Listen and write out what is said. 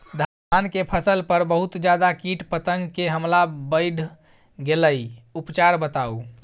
धान के फसल पर बहुत ज्यादा कीट पतंग के हमला बईढ़ गेलईय उपचार बताउ?